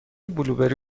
بلوبری